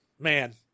Man